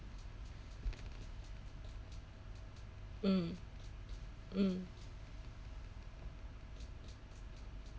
mm mm